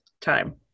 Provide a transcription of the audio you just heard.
Time